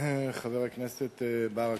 חבר הכנסת ברכה,